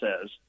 says